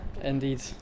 Indeed